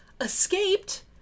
escaped